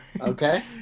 Okay